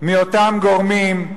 מאותם גורמים,